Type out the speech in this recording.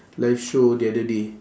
live show the other day